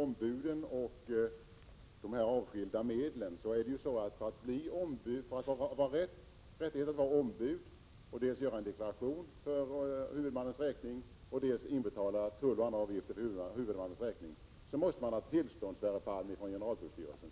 Fru talman! För att ha rätt att vara ombud och få göra en deklaration för huvudmannens räkning samt för att få betala tull och andra avgifter för denne måste man ha tillstånd från generaltullstyrelsen.